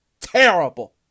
Terrible